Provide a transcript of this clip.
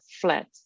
flat